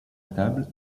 table